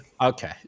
Okay